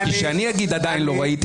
כי כשאני אגיד "עדיין לא ראיתי",